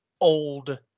old